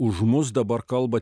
už mus dabar kalba